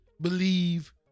believe